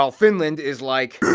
ah finland is like